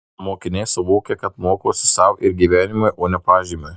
mokiniai suvokia kad mokosi sau ir gyvenimui o ne pažymiui